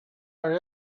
are